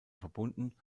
verbunden